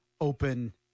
open